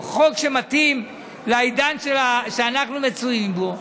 הוא חוק שמתאים לעידן שאנחנו מצויים בו,